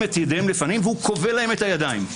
את ידיהם לפנים וכובל להם את הידיים.